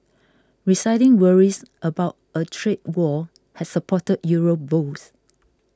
receding worries about a trade war had supported Euro bulls